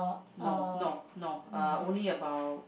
no no no uh only about